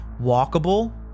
walkable